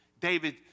David